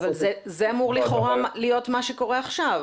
זה אמור לכאורה להיות מה שקורה עכשיו.